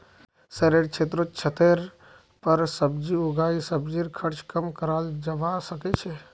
शहरेर क्षेत्रत छतेर पर सब्जी उगई सब्जीर खर्च कम कराल जबा सके छै